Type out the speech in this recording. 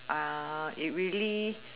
it really